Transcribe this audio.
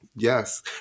Yes